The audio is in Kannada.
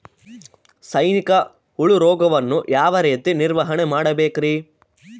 ಸೈನಿಕ ಹುಳು ರೋಗವನ್ನು ಯಾವ ರೇತಿ ನಿರ್ವಹಣೆ ಮಾಡಬೇಕ್ರಿ?